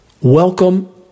Welcome